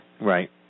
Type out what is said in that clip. Right